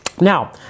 Now